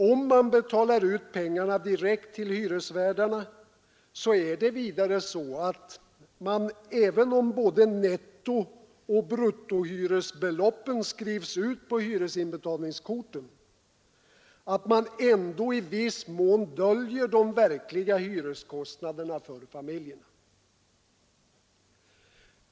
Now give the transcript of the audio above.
Om man betalar ut pengarna direkt till hyresvärdarna är det vidare så, att man — även om både nettooch bruttohyresbeloppen skrivs ut på hyresinbetalningskorten — ändå i viss mån döljer de verkliga hyreskostnaderna för familjen.